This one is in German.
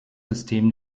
system